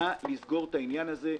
נא לסגור את העניין הזה.